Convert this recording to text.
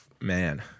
man